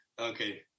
Okay